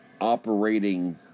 operating